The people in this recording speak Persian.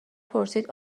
پرسید